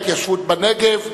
התיישבות בנגב,